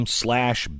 slash